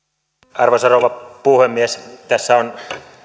arvoisa rouva puhemies tässä on